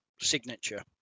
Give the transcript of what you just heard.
signature